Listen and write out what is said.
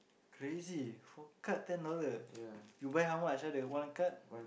crazy for card ten dollar you buy how much ah the one card